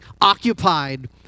occupied